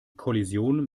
kollision